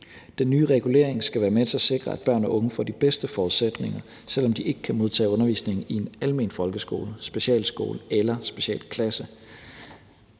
Den nye regulering skal være med til at sikre, at børn og unge får de bedste forudsætninger, selv om de ikke kan modtage undervisning i en almen folkeskole, specialskole eller specialklasse,